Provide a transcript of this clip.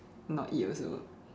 not eat also